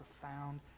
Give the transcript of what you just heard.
profound